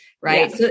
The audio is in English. Right